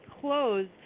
close